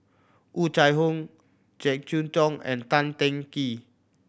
Oh Chai Hoo Jek Yeun Thong and Tan Teng Kee